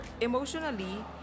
emotionally